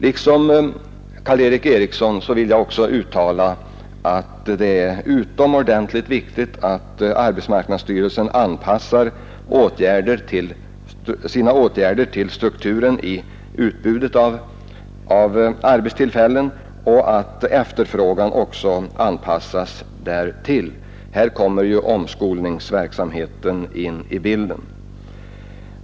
Liksom Karl Erik Eriksson vill jag uttala att det är utomordentligt viktigt att arbetsmarknadsstyrelsen anpassar sina åtgärder till strukturen i utbudet av arbetstillfällen och att efterfrågan också anpassas därtill — här kommer omskolningsverksamheten in i bilden.